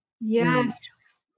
yes